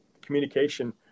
communication